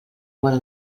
vora